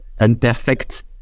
imperfect